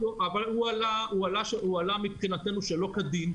אבל הוא עלה על השטח מבחינתנו שלא כדין.